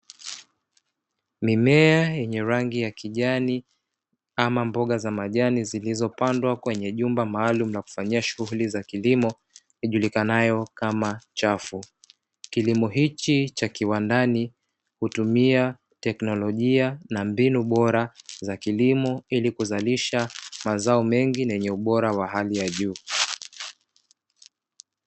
Mimea yenye rangi ya kijani ama mboga za majani zilizopandwa kwenye jumba maalum la kufanyia shughuli za kilimo lijulikanayo kama chafu. Kilimo hichi cha kiwandani hutumia teknolojia na mbinu bora za kilimo ili kuzalisha mazao mengi yenye ubora wa hali ya juu.